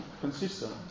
consistent